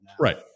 Right